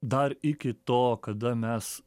dar iki to kada mes